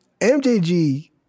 MJG